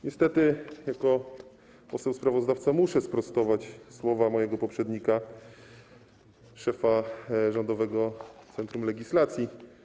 Niestety jako poseł sprawozdawca muszę sprostować słowa mojego poprzednika, szefa Rządowego Centrum Legislacji.